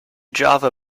java